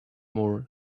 more